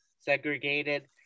segregated